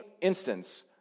instance